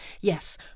Yes